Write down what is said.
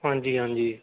ਹਾਂਜੀ ਹਾਂਜੀ